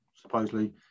supposedly